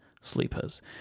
sleepers